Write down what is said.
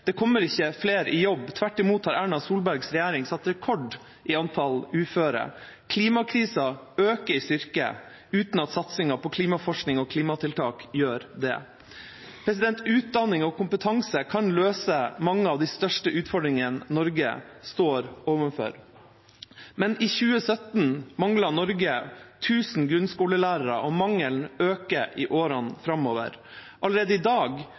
Det kommer ikke flere i jobb. Tvert imot har Erna Solbergs regjering satt rekord i antall uføre. Klimakrisa øker i styrke, uten at satsingen på klimaforskning og klimatiltak gjør det. Utdanning og kompetanse kan løse mange av de største utfordringene Norge står overfor, men i 2017 manglet Norge 1 000 grunnskolelærere, og mangelen øker i årene framover. Allerede i dag